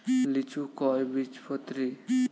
লিচু কয় বীজপত্রী?